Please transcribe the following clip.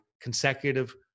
consecutive